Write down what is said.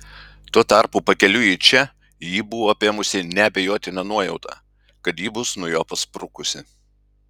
tuo tarpu pakeliui į čia jį buvo apėmusi neabejotina nuojauta kad ji bus nuo jo pasprukusi